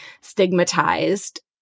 stigmatized